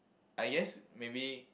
I guess maybe